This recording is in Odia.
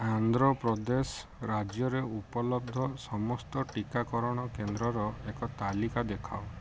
ଆନ୍ଧ୍ରପ୍ରଦେଶ ରାଜ୍ୟରେ ଉପଲବ୍ଧ ସମସ୍ତ ଟିକାକରଣ କେନ୍ଦ୍ରର ଏକ ତାଲିକା ଦେଖାଅ